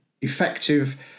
effective